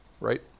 right